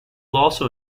also